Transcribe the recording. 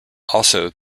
also